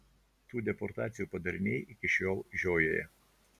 tų deportacijų padariniai iki šiol žiojėja